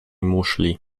muszli